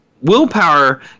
willpower